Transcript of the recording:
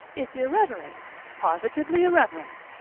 it's irreverent positively irreverent.